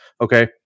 okay